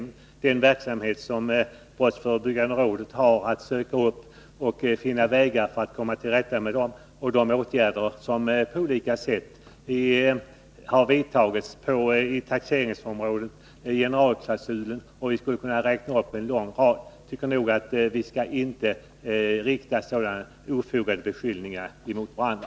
Jag tänker t.ex. på den verksamhet som brottsförebyggande rådet bedriver för att söka upp och finna vägar för att komma till rätta med dessa problem, de åtgärder på taxeringsområdet som på olika sätt har vidtagits, generalklausulen osv. Jag skulle kunna räkna upp en lång rad. Jag anser inte att vi skall rikta sådana obefogade beskyllningar mot varandra.